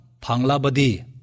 panglabadi